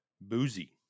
boozy